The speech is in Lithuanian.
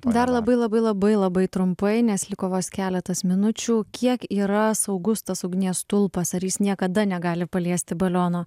dar labai labai labai labai trumpai nes liko vos keletas minučių kiek yra saugus tas ugnies stulpas ar jis niekada negali paliesti baliono